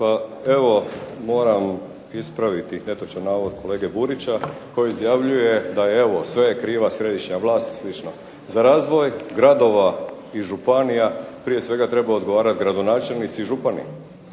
evo, moram ispraviti netočan navod kolege Burića koji izjavljuje da evo, sve je kriva središnja vlast i slično. Za razvoj gradova i županija prije svega treba odgovarati gradonačelnici i župani